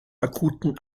akuten